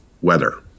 weather